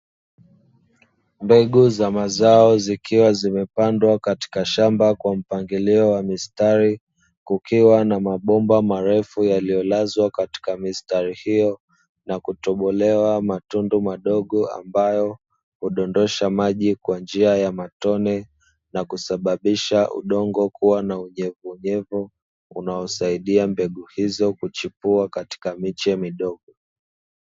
Mbegu za mazao zikiwa zimepandwa katika shamba kwa mpangilio wa mistari, kukiwa na mabomba marefu yaliyolazwa katika mistari hiyo na kutobolewa matundu madogo; ambayo hudondosha maji kwa njia ya matone na kusababisha udongo kuwa na unyevunyevu, unaosaidia mbegu hizo kuchipua katika miche midogo.